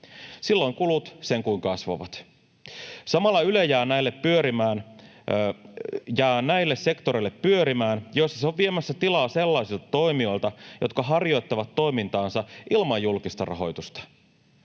Silloin kulut sen kuin kasvavat. Samalla Yle jää pyörimään näille sektoreille, joissa se on viemässä tilaa sellaisilta toimijoilta, jotka harjoittavat toimintaansa ilman julkista rahoitusta.